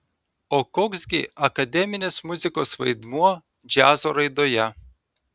o koks gi akademinės muzikos vaidmuo džiazo raidoje